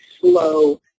slow